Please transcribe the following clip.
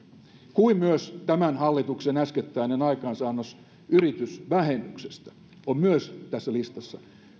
myös tämän hallituksen äskettäinen aikaansaannos yritysvähennyksestä on tässä listassa